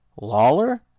Lawler